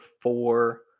four